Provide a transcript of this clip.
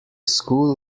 school